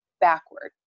backward